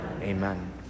Amen